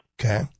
Okay